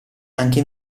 anche